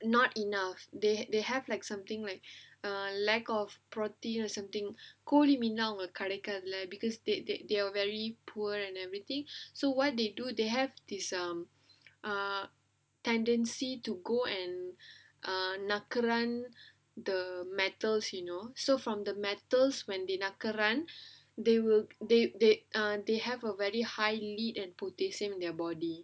not enough they they have like something like err lack of protein or something கூளி மீனெல்லாம் அவங்களுக்கு கிடை க்காதுல:kooli meenellaam avangalukku kidaikkaathula becasue they they are very poor and everything so what they do they have this um uh tendency to go and uh நக்ரான்:nakraan the metals you know so from the metals when they நக்ரான்:nakraan they will they they uh they have a very high lead and potassium in their body